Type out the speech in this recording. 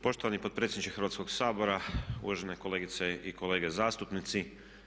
Poštovani potpredsjedniče Hrvatskog sabora, uvažene kolegice i kolege zastupnici.